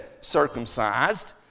circumcised